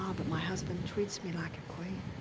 um but my husband treats me like a queen.